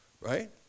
right